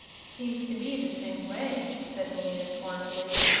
seems to me the same way, said billina, scornfully,